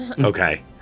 Okay